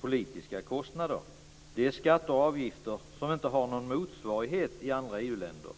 politiska kostnader. Det är skatter och avgifter som inte har någon motsvarighet i andra EU-länder.